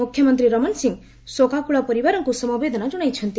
ମୁଖ୍ୟମନ୍ତ୍ରୀ ରମଣ ସିଂ ଶୋକାକ୍ଳ ପରିବାରକ୍ତ ସମବେଦନା ଜଣାଇଛନ୍ତି